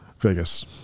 Vegas